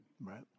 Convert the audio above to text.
Right